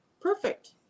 perfect